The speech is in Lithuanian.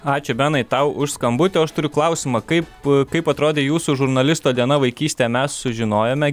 ačiū benai tau už skambutį o aš turiu klausimą kaip kaip atrodė jūsų žurnalisto diena vaikystėje mes sužinojome